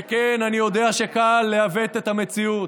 וכן, אני יודע שקל לעוות את המציאות.